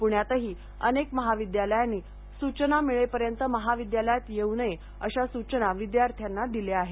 पुण्यातही अनेक महाविद्यालयांनी सूचना मिळेपर्यंत महाविद्यालयात येऊ नये अशा सूचना विद्यार्थ्यांना दिल्या आहेत